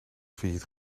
failliet